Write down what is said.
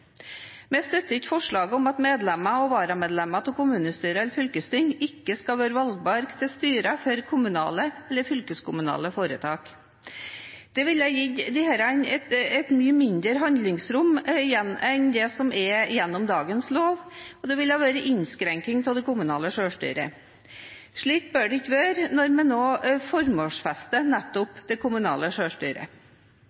Vi støtter ikke forslaget om at medlemmer og varamedlemmer av kommunestyrer eller fylkesting ikke skal være valgbare til styrer for kommunale eller fylkeskommunale foretak. Det ville gitt kommunene og fylkene mye mindre handlingsrom enn det som er gjennom dagens lov, og det ville være en innskrenking av det kommunale selvstyret. Slik bør det ikke være når vi nå formålsfester